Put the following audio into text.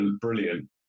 brilliant